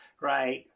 right